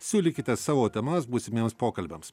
siūlykite savo temas būsimiems pokalbiams